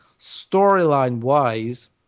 Storyline-wise